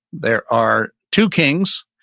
there are two kings,